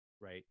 right